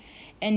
mmhmm